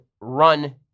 run